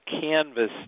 canvas